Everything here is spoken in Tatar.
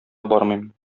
бармыйм